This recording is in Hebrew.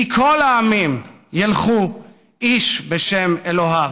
כי כל העמים ילכו איש בשם אלהיו".